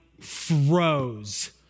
froze